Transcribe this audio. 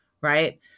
Right